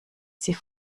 sie